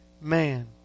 man